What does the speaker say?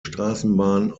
straßenbahn